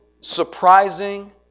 surprising